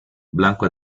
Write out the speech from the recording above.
blanco